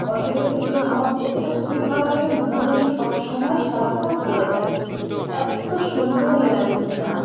অসুবিধা কিছুই না আমার পরতে খুবই ভালো লাগে মনে হয় যেন সবসময় সারাক্ষণ পরে থাকি এত সুন্দর ইয়াররিংটা